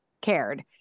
cared